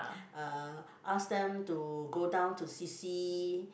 uh ask them to go down to C_C